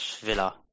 Villa